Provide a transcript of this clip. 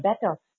better